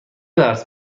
درس